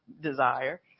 desire